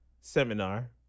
seminar